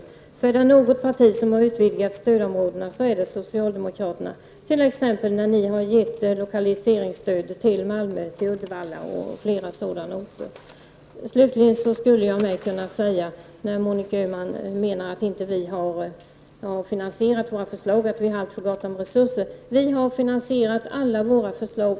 Socialdemokraterna är det parti som har utvidgat stödområdena, t.ex. när man har gett lokaliseringsstöd till Malmö, Uddevalla och liknande orter. Monica Öhman menar att vi inte har finansierat våra förslag och att vi har alltför gott om resurser. Vi har finansierat alla våra förslag.